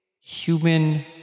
human